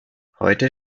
heute